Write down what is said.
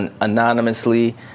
anonymously